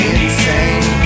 insane